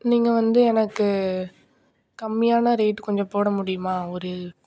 நீங்கள் வந்து எனக்கு கம்மியான ரேட்டு கொஞ்சம் போட முடியுமா ஒரு